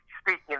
speaking